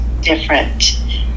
different